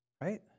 Right